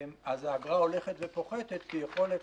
אז האגרה הולכת ופוחתת כי יכולת